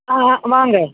ஆ ஆ வாங்க